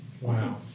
Wow